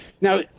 Now